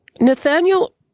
Nathaniel